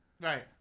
Right